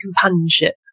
companionship